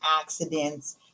accidents